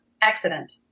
accident